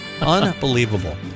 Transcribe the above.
Unbelievable